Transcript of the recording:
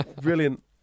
Brilliant